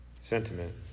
sentiment